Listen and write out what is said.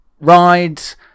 rides